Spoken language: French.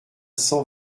cent